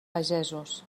pagesos